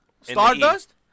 Stardust